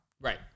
Right